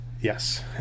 Yes